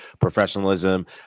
professionalism